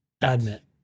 Admit